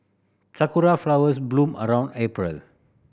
sakura flowers bloom around April